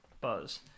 buzz